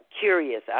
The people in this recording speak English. curious